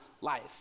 life